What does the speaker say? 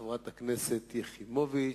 חברת הכנסת שלי יחימוביץ.